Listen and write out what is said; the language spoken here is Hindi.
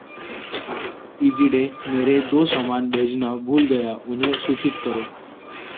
ईज़ी डे मेरे दो सामान भेजना भूल गया उन्हें सूचित करो